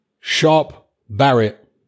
Sharp-Barrett